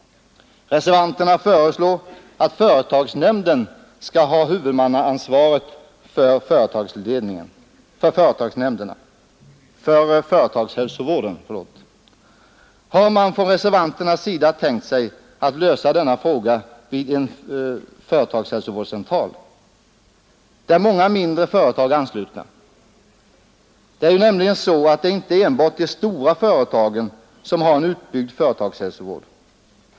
Reservanterna föreslår att företagsnämnden skall ha huvudansvaret för företagshälsovården. Hur har man från reservanternas sida tänkt sig att lösa denna fråga vid en företagshälsovårdscentral där många mindre företag är anslutna? Det är nämligen så att det inte är enbart de stora företagen som har en utbyggd företagshälsovård.